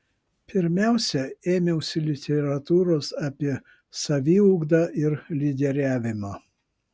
pirmiausia ėmiausi literatūros apie saviugdą ir lyderiavimą